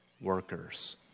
workers